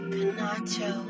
Pinacho